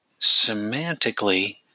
Semantically